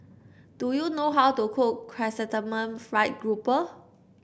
do you know how to cook Chrysanthemum Fried Grouper